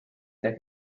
that